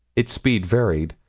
its speed varied.